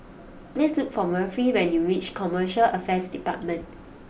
please look for Murphy when you reach Commercial Affairs Department